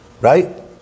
right